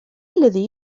الذي